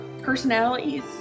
personalities